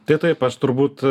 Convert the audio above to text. tai taip aš turbūt